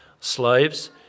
Slaves